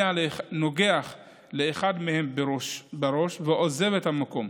נוגח לאחד מהם בראש ועוזב את המקום,